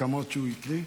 להסכמות שהוא הקריא?